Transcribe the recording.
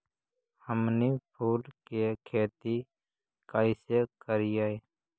हमनी फूल के खेती काएसे करियय?